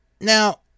Now